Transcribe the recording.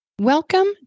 Welcome